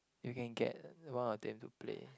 you can get one of them to play